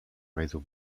réseau